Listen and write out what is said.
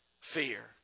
fear